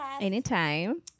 anytime